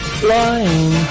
flying